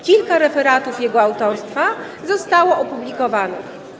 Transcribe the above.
Kilka referatów jego autorstwa zostało opublikowanych.